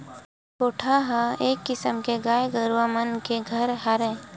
कोठा ह एक किसम ले गाय गरुवा मन के घर हरय